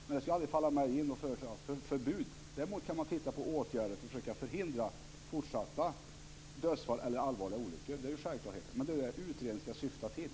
Men det skulle aldrig falla mig in att föreslå förbud. Däremot kan man titta närmare på åtgärder för att försöka förhindra fortsatta dödsfall eller allvarliga olyckor. Det är självklarheter. Men det är det utredningen ska syfta till.